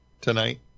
tonight